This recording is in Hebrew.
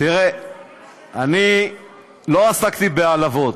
אני לא עסקתי בהעלבות.